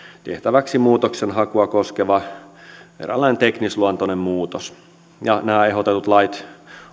tehtäväksi muutoksenhakua koskeva eräänlainen teknisluontoinen muutos nämä ehdotetut lait